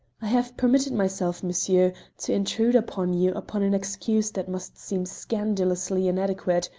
i have permitted myself, monsieur, to intrude upon you upon an excuse that must seem scandalously inadequate,